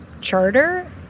charter